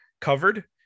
covered